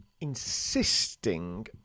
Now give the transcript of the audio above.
insisting